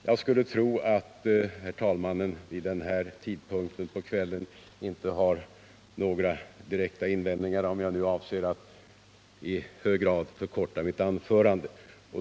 Jag skulle tro att herr talmannen vid denna tidpunkt på kvällen inte har några invändningar om jag nu avser att i hög grad förkorta mitt anförande.